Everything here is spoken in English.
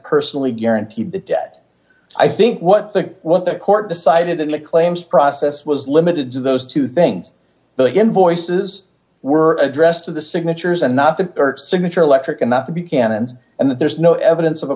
personally guaranteed the debt i think what the what the court decided in the claims process was limited to those two things the invoices were addressed to the signatures and not the earth signature electric enough to be canons and that there is no evidence of a